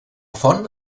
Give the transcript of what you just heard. font